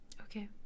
Okay